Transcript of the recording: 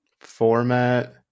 format